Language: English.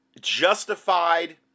Justified